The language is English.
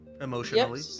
emotionally